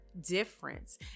difference